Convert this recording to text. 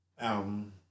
album